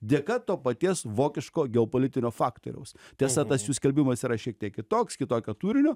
dėka to paties vokiško geopolitinio faktoriaus tiesa tas jų skelbimas yra šiek tiek kitoks kitokio turinio